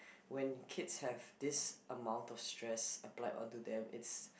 when kids have this amount of stress applied onto them it's